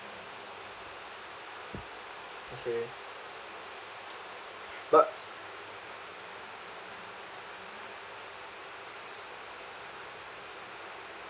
okay but